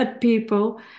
people